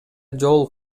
жол